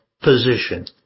position